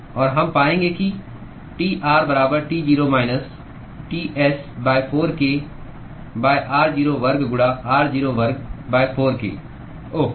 और हम पाएंगे कि T r बराबर T0 minus Ts 4 k r0 वर्ग गुणा r0 वर्ग 4 k उफ़